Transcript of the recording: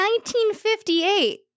1958